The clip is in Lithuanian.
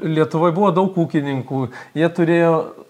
lietuvoj buvo daug ūkininkų jie turėjo